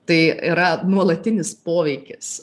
tai yra nuolatinis poveikis